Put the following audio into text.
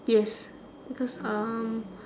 yes because um